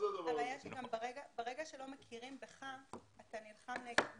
הבעיה היא שברגע שלא מכירים בך, אתה נלחם נגד מי?